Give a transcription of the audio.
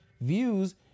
Views